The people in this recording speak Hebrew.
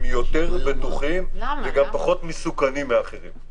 הם יותר בטוחים וגם פחות מסוכנים מאחרים.